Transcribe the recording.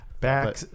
Back